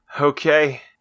Okay